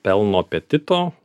pelno apetito